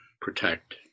protect